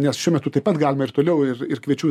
nes šiuo metu taip pat galima ir toliau ir ir kviečiu